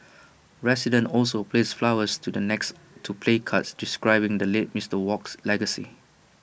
residents also placed flowers to the next to placards describing the late Mister Wok's legacy